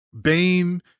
Bane